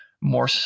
more